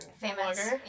Famous